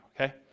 Okay